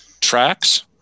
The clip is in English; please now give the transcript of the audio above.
tracks